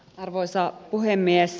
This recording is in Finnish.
arvoisa puhemies